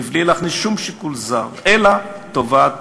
מבלי להכניס שום שיקול זר אלא טובת